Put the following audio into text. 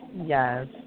Yes